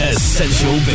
Essential